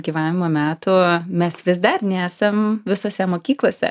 gyvavimo metų mes vis dar nesam visose mokyklose